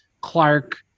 Clark